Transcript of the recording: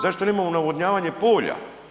Zašto nemamo navodnjavanje polja?